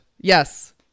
Yes